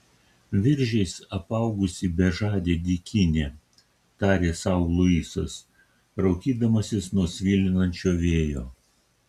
viržiais apaugusi bežadė dykynė tarė sau luisas raukydamasis nuo svilinančio vėjo